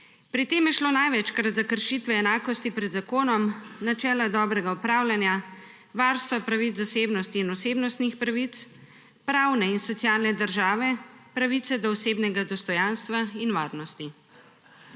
Pri tem je šlo največkrat za kršitve enakosti pred zakonom, načela dobrega upravljanja, varstva pravic zasebnosti in osebnostnih pravic, pravne in socialne države, pravice do osebnega dostojanstva in varnosti.